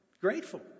Grateful